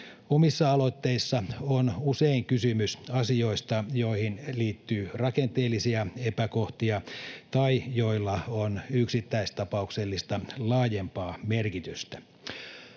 Omissa aloitteissa on usein kysymys asioista, joihin liittyy rakenteellisia epäkohtia tai joilla on yksittäistapauksellista laajempaa merkitystä.